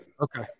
Okay